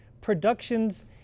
productions